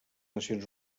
nacions